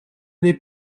des